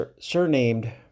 surnamed